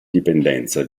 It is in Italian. dipendenza